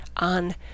On